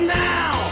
now